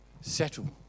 settle